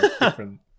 different